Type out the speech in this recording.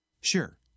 Sure